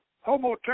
Homo